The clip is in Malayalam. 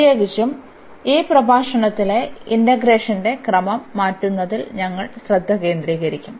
പ്രത്യേകിച്ചും ഈ പ്രഭാഷണത്തിലെ ഇന്റഗ്രേഷന്റെ ക്രമം മാറ്റുന്നതിൽ ഞങ്ങൾ ശ്രദ്ധ കേന്ദ്രീകരിക്കും